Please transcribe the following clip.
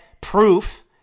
proof